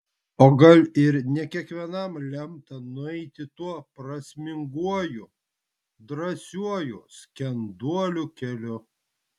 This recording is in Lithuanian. o gal ir ne kiekvienam lemta nueiti tuo prasminguoju drąsiuoju skenduolių keliu